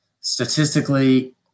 Statistically